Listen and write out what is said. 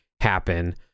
happen